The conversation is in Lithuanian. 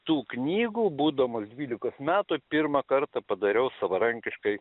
tų knygų būdamas dvylikos metų pirmą kartą padariau savarankiškai